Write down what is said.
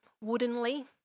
woodenly